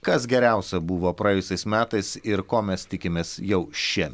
kas geriausia buvo praėjusiais metais ir ko mes tikimės jau šie